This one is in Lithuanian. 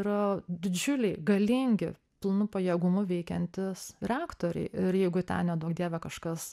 yra didžiuliai galingi pilnu pajėgumu veikiantys reaktoriai ir jeigu ten neduok dieve kažkas